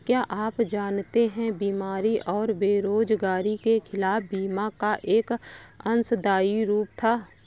क्या आप जानते है बीमारी और बेरोजगारी के खिलाफ बीमा का एक अंशदायी रूप था?